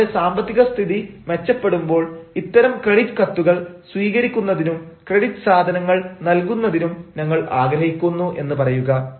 ഞങ്ങളുടെ സാമ്പത്തിക സ്ഥിതി മെച്ചപ്പെടുമ്പോൾ ഇത്തരം ക്രെഡിറ്റ് കത്തുകൾ സ്വീകരിക്കുന്നതിനും ക്രെഡിറ്റിൽ സാധനങ്ങൾ നൽകുന്നതിനും ഞങ്ങൾ ആഗ്രഹിക്കുന്നു എന്ന് പറയുക